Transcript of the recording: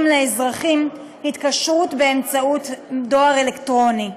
לאזרחים התקשרות באמצעות דואר אלקטרוני.